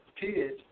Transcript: kids